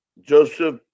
Joseph